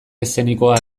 eszenikoak